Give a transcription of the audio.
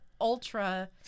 ultra